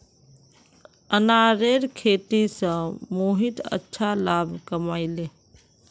अनारेर खेती स मोहित अच्छा लाभ कमइ ले